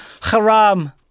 haram